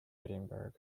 edinburgh